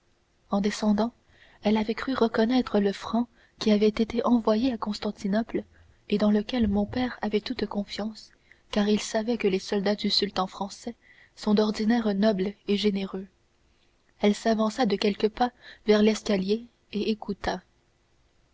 en descendant elle avait cru reconnaître le franc qui avait été envoyé à constantinople et dans lequel mon père avait toute confiance car il savait que les soldats du sultan français sont d'ordinaire nobles et généreux elle s'avança de quelques pas vers l'escalier et écouta